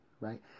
right